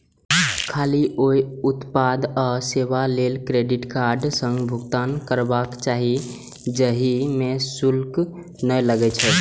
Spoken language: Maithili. खाली ओइ उत्पाद आ सेवा लेल क्रेडिट कार्ड सं भुगतान करबाक चाही, जाहि मे शुल्क नै लागै छै